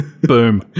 Boom